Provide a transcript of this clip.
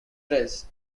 dress